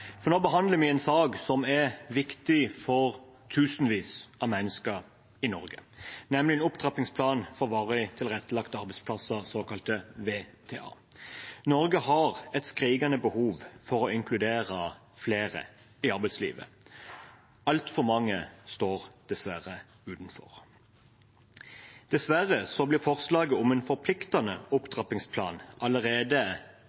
opptrappingsplan for varig tilrettelagte arbeidsplasser, såkalte VTA. Norge har et skrikende behov for å inkludere flere i arbeidslivet. Altfor mange står dessverre utenfor. Dessverre ble forslaget om en forpliktende